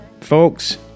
Folks